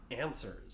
answers